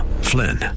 Flynn